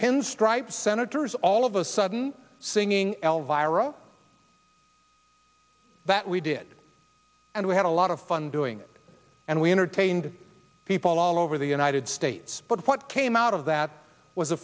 pinstripe senators all of a sudden singing elvira that we did and we had a lot of fun doing it and we entertained people all over the united states but what came out of that was a